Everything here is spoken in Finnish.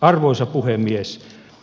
arvoisa puhemies